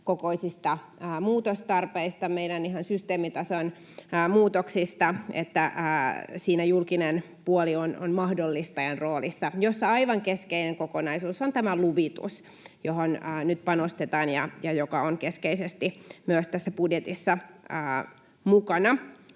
kokoisista muutostarpeista, meidän ihan systeemitason muutoksista, että siinä julkinen puoli on mahdollistajan roolissa. Siinä aivan keskeinen kokonaisuus on tämä luvitus, johon nyt panostetaan ja joka on keskeisesti myös tässä budjetissa mukana.